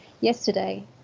yesterday